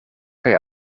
kaj